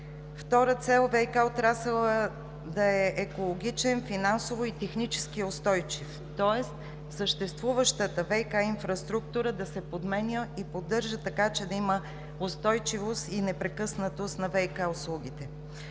Втора цел – ВиК отрасълът да е екологичен, финансово и технически устойчив, тоест съществуващата ВиК инфраструктура да се подменя и поддържа, за да има устойчивост и непрекъснатост на ВиК услугите.